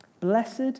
Blessed